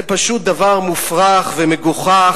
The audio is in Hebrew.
זה פשוט דבר מופרך ומגוחך,